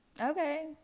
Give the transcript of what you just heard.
okay